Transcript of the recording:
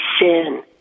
sin